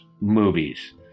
movies